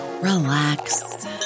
relax